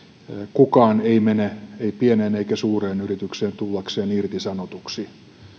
kukaan ei mene yritykseen ei pieneen eikä suureen tullakseen irtisanotuksi